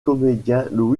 comédien